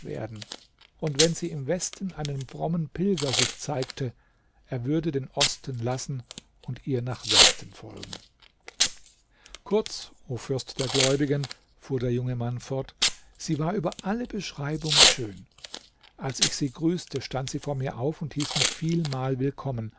und wenn sie im westen einem frommen pilger sich zeigte er würde den osten lassen und ihr nach westen folgen kurz o fürst der gläubigen fuhr der junge mann fort sie war über alle beschreibung schön als ich sie grüßte stand sie vor mir auf und hieß mich vielmal willkommen